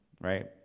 right